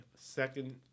second